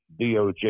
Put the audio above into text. DOJ